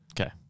Okay